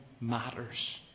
matters